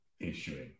issuing